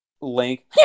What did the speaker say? link